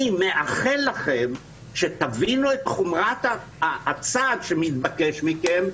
אני מאחל לכם שתבינו את חומרת הצעד שמתבקש מכם,